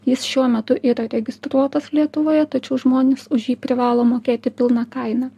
jis šiuo metu yra registruotas lietuvoje tačiau žmonės už jį privalo mokėti pilną kainą